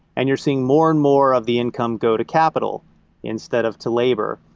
and you're seeing more and more of the income go to capital instead of to labor.